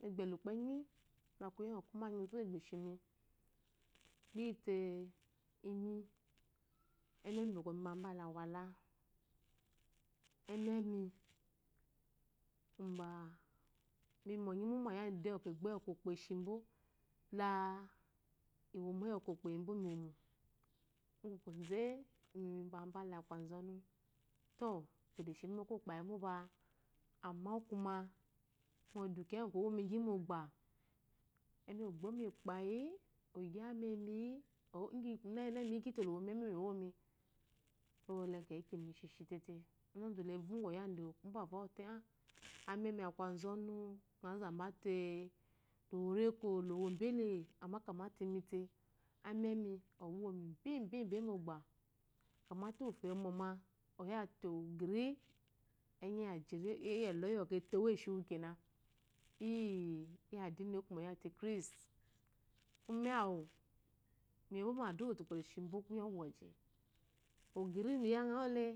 Migbale ukpoenyi mu kuyo gu menyizu gbe shi gbreyite ememi be mi bwabale awala iyims miyi onye imuma yada egboyi ukppo eshibo la uwomo yi ukpo eyebɔmimmo, gukoze mibwabele aku azonu to ukpoede shini ume okukpye nope amma kuma ngo du kiya gyi owomigyi mobbe emeɔgbmi eipayi, ogyami embi gyinana migyitelowomi eme womi lekyeki me isheshi tete ozuzu le rguŋɔ mbeto ɔte a ememi aku azunu ngo zambate woreke wobete amme kamde imite ememi owomibebe mgba kamde uwufo eyimmumɔ oyswute ogiri enyi yeloyi yietewu eshiwu kene yi adini kume oys wute chiet ume awu miyewu mea dur iwomote ukpole shibwo kunyo gu woji ogiri wu miyegewu. ele